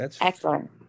Excellent